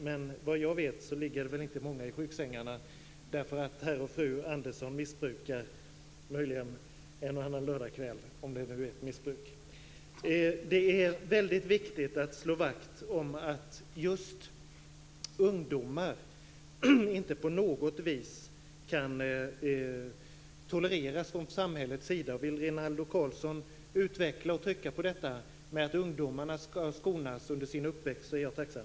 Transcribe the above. Men vad jag vet ligger inte många i sjuksängarna för att herr och fru Andersson möjligen missbrukar en och annan lördagskväll - om det nu är ett missbruk. Det är väldigt viktigt att slå vakt om att just det missbruk som rör ungdomar inte på något vis kan tolereras från samhällets sida. Om Rinaldo Karlsson ville utveckla och trycka på när det gäller detta med att ungdomarna skall skonas under sin uppväxt så vore jag tacksam.